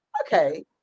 okay